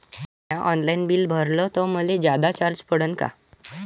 म्या online bill भरलं तर मले जादा चार्ज पडन का?